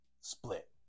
split